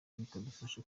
bikadufasha